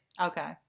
Okay